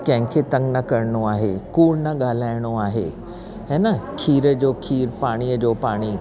कंहिंखे तंगु न करिणो आहे कूड़ न ॻाल्हाइणो आहे हा न खीर जो खार पाणीअ जो पाणी